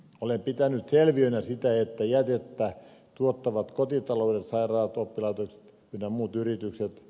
olen pitänyt selviönä sitä että jätettä tuottavat kotitaloudet sairaalat oppilaitokset ynnä muuta